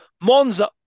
Monza